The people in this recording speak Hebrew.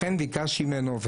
לכן ביקשתי ממנו,